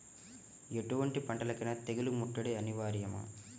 ఎటువంటి పంటలకైన తెగులు ముట్టడి అనివార్యమా?